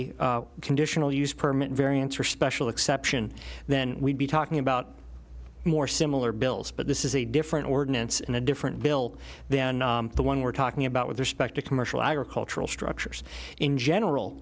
a conditional use permit variance or special exception then we'd be talking about more similar bills but this is a different ordinance in a different bill then the one we're talking about with respect to commercial agricultural structures in